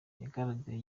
yagaragaye